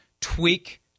tweak